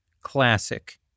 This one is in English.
classic